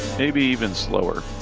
maybe even slower.